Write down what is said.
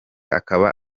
akaba